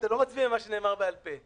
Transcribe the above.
אתה לא מצביע על משהו שנאמר בעל פה.